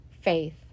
faith